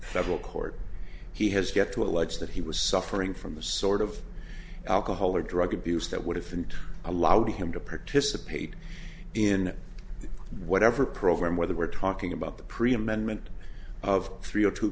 federal court he has yet to allege that he was suffering from the sort of alcohol or drug abuse that would if and allowed him to participate in whatever program whether we're talking about the pre amendment of three zero two